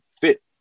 fit